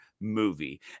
movie